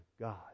God